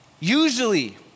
Usually